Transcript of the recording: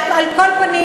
על כל פנים,